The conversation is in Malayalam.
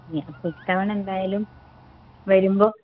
ഇയ്യ അപ്പം ഇത്തവണ എന്തായാലും വരുമ്പോൾ